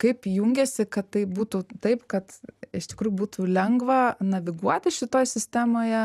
kaip jungiasi kad tai būtų taip kad iš tikrųjų būtų lengva naviguoti šitoj sistemoje